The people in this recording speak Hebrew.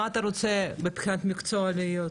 מה אתה רוצה מבחינת מקצוע להיות?